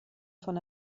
von